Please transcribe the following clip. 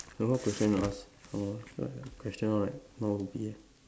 no more question to ask no more question all right oh yeah